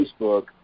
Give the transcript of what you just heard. Facebook